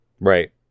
Right